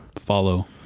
follow